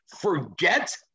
forget